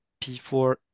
P4